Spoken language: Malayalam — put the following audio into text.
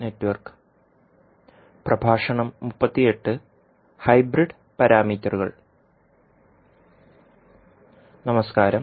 നമസ്കാരം